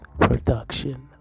production